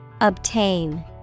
obtain